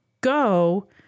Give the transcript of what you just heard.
go